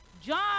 John